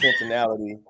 intentionality